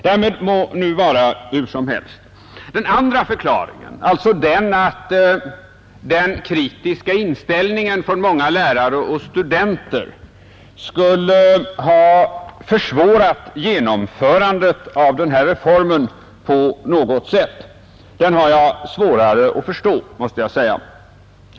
Därmed må nu vara hur som helst. Den andra förklaringen, alltså att den kritiska inställningen hos många lärare och studenter på något sätt skulle ha försvårat genomförandet av reformen, har jag svårare att förstå, måste jag säga.